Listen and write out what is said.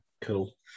cool